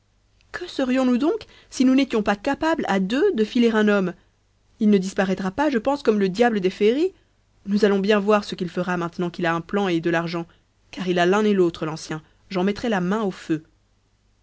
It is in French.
que serions-nous donc si nous n'étions pas capables à deux de filer un homme il ne disparaîtra pas je pense comme le diable des féeries nous allons bien voir ce qu'il fera maintenant qu'il a un plan et de l'argent car il a l'un et l'autre l'ancien j'en mettrais la main au feu